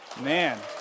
Man